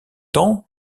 temps